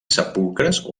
sepulcres